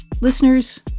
Listeners